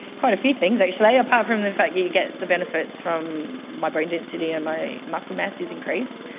quite a few things actually, apart from the fact you you get the benefits from my bone density and my muscle mass has increased.